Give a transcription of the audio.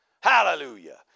hallelujah